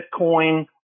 Bitcoin